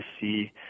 see